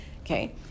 okay